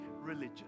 religion